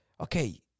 Okay